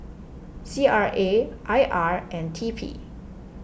C R A I R and T P